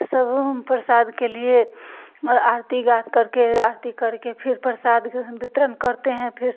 सब हम प्रसाद के लिए और आरती गा कर के आरती कर के फिर प्रसाद ग्रहण वितरण करते हैं फिर